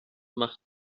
machten